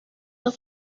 the